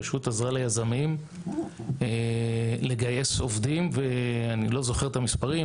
פשוט עזרה ליזמים לגייס עובדים ואני לא זוכר את המספרים,